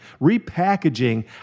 Repackaging